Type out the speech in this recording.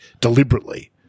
deliberately